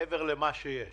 מעבר למה שיש.